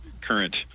current